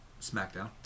Smackdown